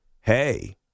hey